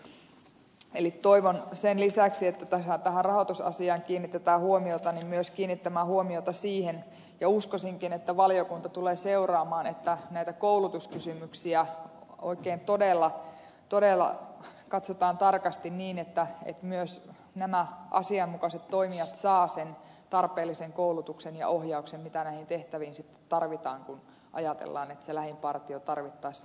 eli toivon että sen lisäksi että tähän rahoitusasiaan kiinnitetään huomiota myös kiinnitetään huomiota siihen ja uskoisinkin että valiokunta tulee seuraamaan että näitä koulutuskysymyksiä oikein todella katsotaan tarkasti niin että myös nämä asianmukaiset toimijat saavat sen tarpeellisen koulutuksen ja ohjauksen jota näihin tehtäviin sitten tarvitaan kun ajatellaan että se lähin partio tarvittaessa